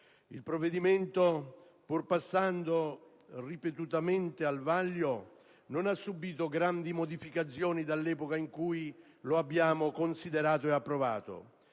Il provvedimento, pur passando ripetutamente al vaglio dell'esame parlamentare, non ha subito grandi modificazioni dall'epoca in cui lo abbiamo considerato e approvato.